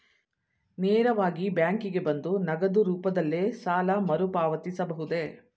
ನೇರವಾಗಿ ಬ್ಯಾಂಕಿಗೆ ಬಂದು ನಗದು ರೂಪದಲ್ಲೇ ಸಾಲ ಮರುಪಾವತಿಸಬಹುದೇ?